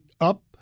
up